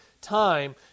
Time